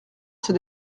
s’est